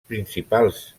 principals